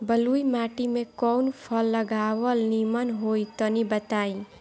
बलुई माटी में कउन फल लगावल निमन होई तनि बताई?